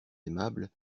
aimable